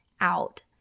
out